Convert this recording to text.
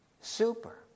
Super